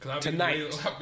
Tonight